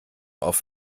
auf